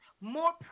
more